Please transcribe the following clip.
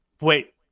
wait